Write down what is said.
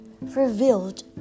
revealed